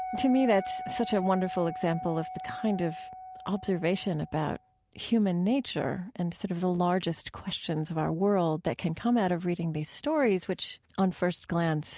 to me, that's such a wonderful example of the kind of observation about human nature and sort of the largest questions of our world that can come out of reading these stories, which, on first glance